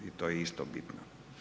I to je isto bitno.